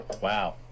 wow